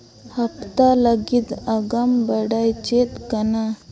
ᱦᱟᱯᱛᱟ ᱞᱟᱹᱜᱤᱫ ᱟᱜᱟᱢ ᱵᱟᱰᱟᱭ ᱪᱮᱫ ᱠᱟᱱᱟ